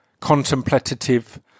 contemplative